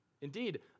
Indeed